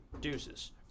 deuces